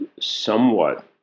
somewhat